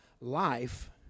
life